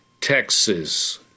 Texas